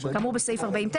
כאמור בסעיף 40(ט),